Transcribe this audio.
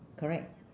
correct